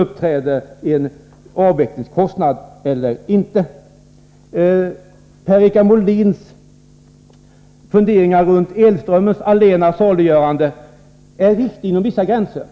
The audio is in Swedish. Per-Richard Molins funderingar om elströmmens allena saliggörande egenskaper är riktiga inom vissa gränser.